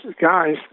guys